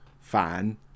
fan